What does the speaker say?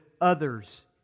others